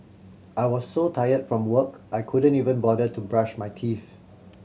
I was so tired from work I couldn't even bother to brush my teeth